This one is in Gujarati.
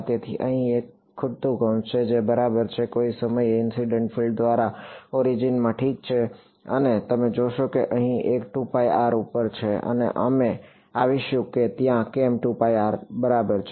તેથી અહીં એક ખૂટતું કૌંસ છે જે બરાબર છે કોઈક સમયે ઇનસિડન્ટ ફિલ્ડ દ્વારા ઓરિજિનમાં ઠીક છે અને તમે જોશો કે અહીં એક ઉપર છે અને અમે આવીશું કે ત્યાં કેમ બરાબર છે